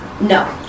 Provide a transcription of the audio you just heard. No